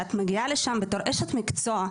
כשאת מגיעה לשם בתור אשת מקצוע,